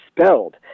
spelled